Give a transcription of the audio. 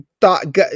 thought